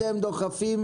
יישובי ותושבי